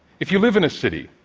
if you live in a city,